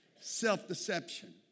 Self-deception